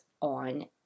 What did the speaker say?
on